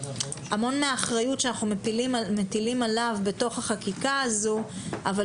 אנחנו מטילים עליו בחקיקה הזו המון אחריות,